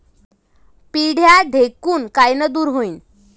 पिढ्या ढेकूण कायनं दूर होईन?